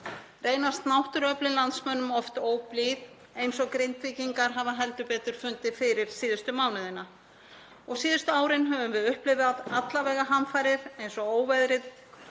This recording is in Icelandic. reynast náttúruöflin landsmönnum oft óblíð eins og Grindvíkingar hafa heldur betur fundið fyrir síðustu mánuðina. Síðustu árin höfum við upplifað alla vega hamfarir eins og óveðrið